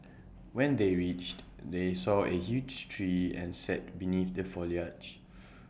when they reached they saw A huge tree and sat beneath the foliage